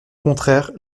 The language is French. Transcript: contraire